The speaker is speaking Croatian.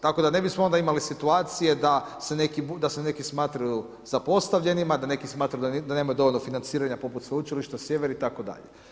Tako da ne bismo onda imali situacije da se neki smatraju zapostavljenima, da neki smatraju da nema dovoljno financiranja poput Sveučilišta Sjever itd.